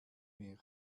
mehr